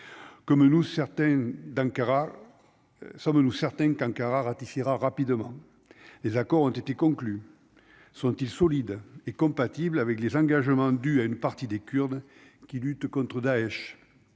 sommes-nous certains qu'Ankara ratifiera rapidement, des accords ont été conclus sont-ils solide et compatibles avec les engagements du à une partie des Kurdes, qui lutte contre Daech